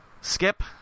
skip